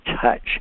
touch